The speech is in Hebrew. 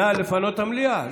נא לפנות את המליאה,